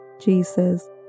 Jesus